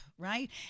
Right